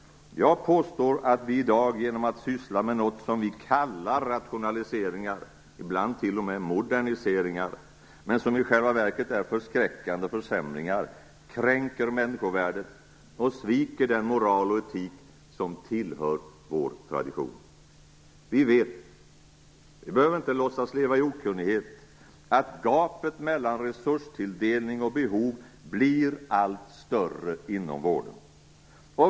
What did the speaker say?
Jag påstår att vi i dag genom att syssla med något som vi kallar rationaliseringar - ibland t.o.m. moderniseringar - men som i själva verket är förskräckande försämringar kränker människovärdet och sviker den moral och etik som tillhör vår tradition. Vi vet - vi behöver inte låtsas leva i okunnighet - att gapet mellan resurstilldelning och behov blir allt större inom vården.